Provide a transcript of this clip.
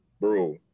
bro